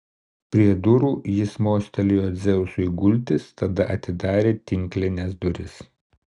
prie durų jis mostelėjo dzeusui gultis tada atidarė tinklines duris